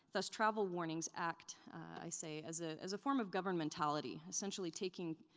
thus travel warnings act, i say, as ah as a form of governmentality, essentially taking,